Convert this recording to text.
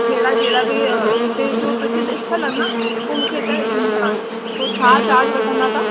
अहिड़ा कहिड़ा बि हिते जो प्रसिद्ध स्थल आहिनि न हो मूंखे हितां घुमणा आहिनि पोइ छा चार्ज वठंदा तव्हां